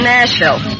Nashville